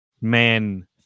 man